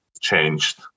changed